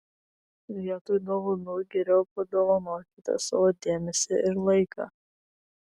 vietoj dovanų geriau padovanokite savo dėmesį ir laiką